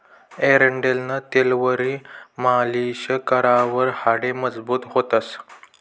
एरंडेलनं तेलवरी मालीश करावर हाडे मजबूत व्हतंस